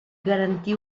garantir